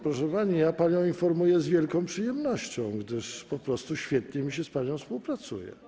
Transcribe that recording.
Proszę pani, ja panią informuję z wielką przyjemnością, gdyż po prostu świetnie mi się z panią współpracuje.